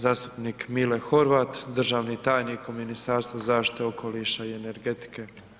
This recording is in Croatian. Zastupnik Mile Horvat, državni tajnik u Ministarstvu zaštite okoliša i energetike.